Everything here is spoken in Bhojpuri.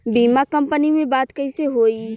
बीमा कंपनी में बात कइसे होई?